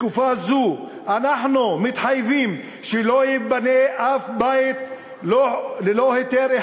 בתקופה זו אנחנו מתחייבים שלא ייבנה אף בית אחד ללא היתר.